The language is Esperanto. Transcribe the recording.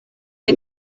kaj